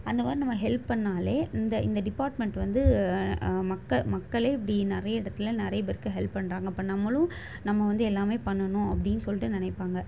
அந்த மாதிரி நம்ம ஹெல்ப் பண்ணிணாலே இந்த இந்த டிபார்ட்மெண்ட் வந்து மக்க மக்களே இப்படி நிறைய இடத்துல நிறைய பேருக்கு ஹெல்ப் பண்ணுறாங்க அப்போ நம்மளும் நம்ம வந்து எல்லாமே பண்ணணும் அப்டின்னு சொல்லிட்டு நினைப்பாங்க